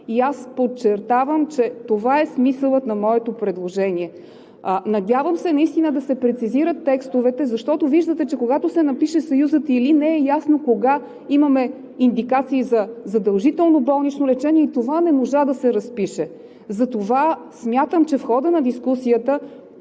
и аз подчертавам, че това е смисълът на моето предложение. Надявам се наистина да се прецизират текстовете, защото виждате, че когато се напише съюзът „или“ не е ясно кога имаме индикации за задължително болнично лечение и това не можа да се разпише. Затова смятам, че в хода на дискусията